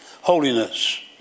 Holiness